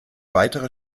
weitere